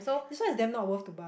this one is damn not worth to buy